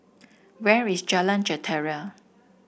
where is Jalan Jentera